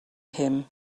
him